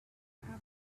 africa